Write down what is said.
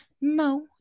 No